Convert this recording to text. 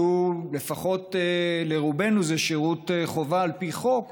שלפחות לרובנו זה שירות חובה על פי חוק,